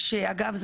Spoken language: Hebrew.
אגב,